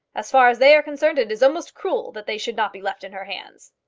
as far as they are concerned it is almost cruel that they should not be left in her hands.